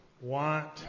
want